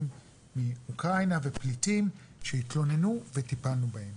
מאוקראינה ופליטים שהתלוננו וטיפלנו בהם.